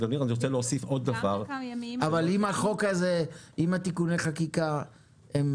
אבל אם תיקוני החקיקה יעברו,